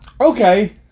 Okay